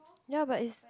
ya but is